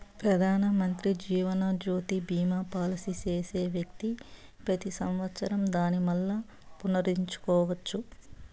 పెదానమంత్రి జీవనజ్యోతి బీమా పాలసీ చేసే వ్యక్తి పెతి సంవత్సరం దానిని మల్లా పునరుద్దరించుకోవచ్చు